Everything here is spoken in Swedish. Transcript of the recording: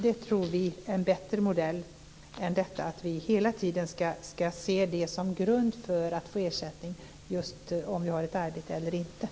Det tror vi är en bättre modell än att hela tiden se till om vi har ett arbete eller inte som grund för att få ersättning.